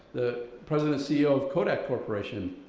the president ceo of kodak corporation,